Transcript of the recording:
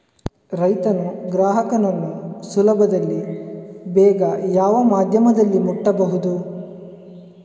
ರೈತನು ಗ್ರಾಹಕನನ್ನು ಸುಲಭದಲ್ಲಿ ಬೇಗ ಯಾವ ಮಾಧ್ಯಮದಲ್ಲಿ ಮುಟ್ಟಬಹುದು?